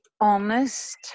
honest